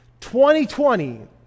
2020